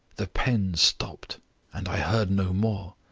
the pen stopped and i heard no more.